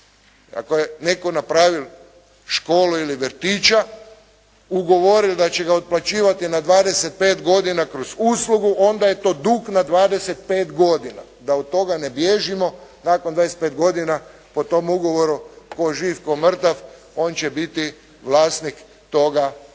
Ako je netko napravio školu ili vrtića, ugovoril da će ga otplaćivati na 25 godina kroz uslugu onda je to dug na 25 godina, da od toga ne bježimo nakon 25 godina po tom ugovoru tko živ, tko mrtav, on će biti vlasnik toga objekta.